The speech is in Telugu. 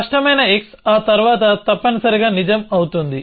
స్పష్టమైన x ఆ తర్వాత తప్పనిసరిగా నిజం అవుతుంది